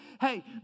hey